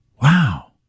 Wow